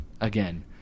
again